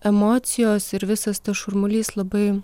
emocijos ir visas tas šurmulys labai